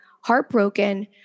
heartbroken